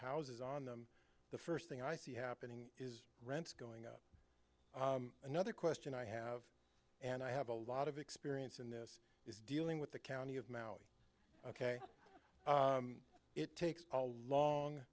houses on them the first thing i see happening is rents going up another question i have and i have a lot of experience in this is dealing with the county of mouth ok it takes a long